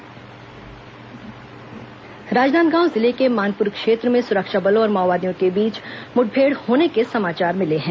माओवादी म्ठभेड़ राजनादगाव जिले के मानपुर क्षेत्र में सुरक्षा बलों और माओवादियों के बीच मुठभेड़ होने के समाचार मिले हैं